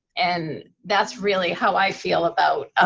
and that's really how i feel about